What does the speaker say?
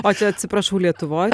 o čia atsiprašau lietuvoj